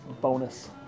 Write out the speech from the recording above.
Bonus